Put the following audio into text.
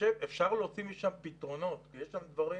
אפשר להוציא משם פתרונות כי יש שם דברים